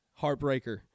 heartbreaker